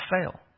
fail